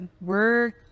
Work